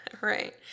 Right